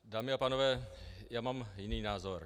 Dámy a pánové, já mám jiný názor.